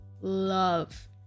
love